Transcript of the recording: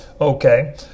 okay